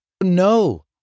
No